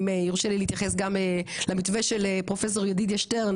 יורשה לי להתייחס גם למתווה של פרופסור ידידיה שטרן